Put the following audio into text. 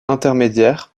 intermédiaire